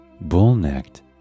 bull-necked